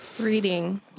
Reading